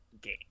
game